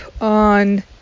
on